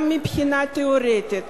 גם מבחינה תיאורטית,